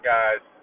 guys